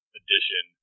edition